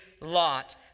Lot